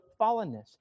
fallenness